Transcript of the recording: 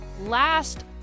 last